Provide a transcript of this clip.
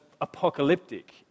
apocalyptic